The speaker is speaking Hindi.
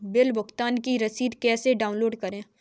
बिल भुगतान की रसीद कैसे डाउनलोड करें?